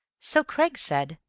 so craggs said.